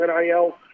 NIL